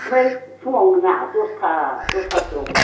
ओमफ्राय फुङाव नङा दसथा दसथासोआव